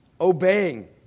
Obeying